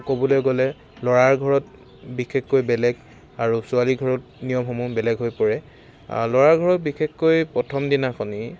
ক'বলৈ গ'লে ল'ৰাৰ ঘৰত বিশেষকৈ বেলেগ আৰু ছোৱালী ঘৰত নিয়মসমূহ বেলেগ হৈ পৰে ল'ৰাৰ ঘৰত বিশেষকৈ প্ৰথম দিনাখনেই